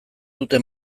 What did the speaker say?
dute